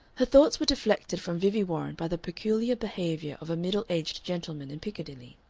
her thoughts were deflected from vivie warren by the peculiar behavior of a middle-aged gentleman in piccadilly.